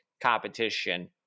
competition